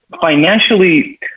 Financially